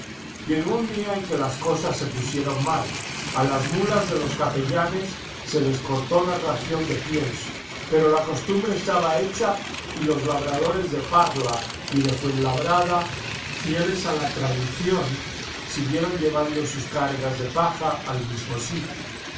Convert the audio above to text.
llegó un día en que las cosas se pusieron mal a las muías de los capellanes se les cortó la ración de pienso pero la costumbre estaba hecha y los labradores de parla y de fuenlabrada fieles a la tradición siguieron llevando sus cargas de paja al mismo sitio